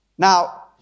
Now